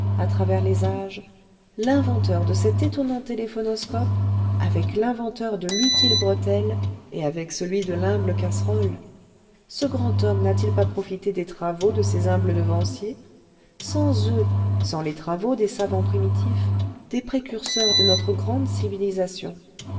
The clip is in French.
à travers les âges l'inventeur de cet étonnant téléphonoscope avec l'inventeur de l'utile bretelle et avec celui de l'humble casserole ce grand homme n'a-t-il pas profité des travaux de ses humbles devanciers sans eux sans les travaux des savants primitifs des précurseurs de notre grande civilisation